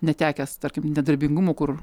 netekęs tarkim nedarbingumo kur